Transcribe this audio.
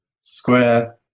Square